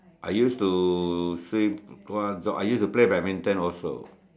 I used to swim go out jog I used to play badminton also